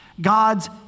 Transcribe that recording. God's